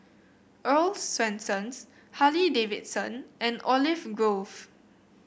Earl's Swensens Harley Davidson and Olive Grove